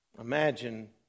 Imagine